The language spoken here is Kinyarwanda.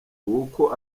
w’uko